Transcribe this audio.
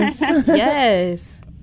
Yes